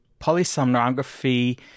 polysomnography